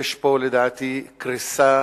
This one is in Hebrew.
יש פה לדעתי קריסה